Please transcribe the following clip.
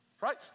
Right